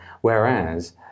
Whereas